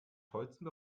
tollsten